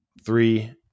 Three